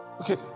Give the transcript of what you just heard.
Okay